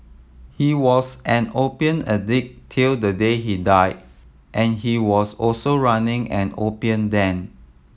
he was an opium addict till the day he died and he was also running an opium den